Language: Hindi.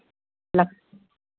अच्छा